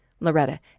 Loretta